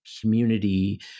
community